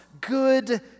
good